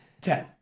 Ten